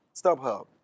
StubHub